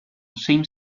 same